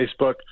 Facebook